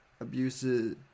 abusive